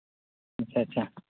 ᱟᱪᱪᱷᱟ ᱟᱪᱪᱷᱟ